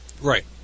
Right